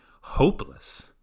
hopeless